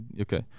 Okay